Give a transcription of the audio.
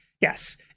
yes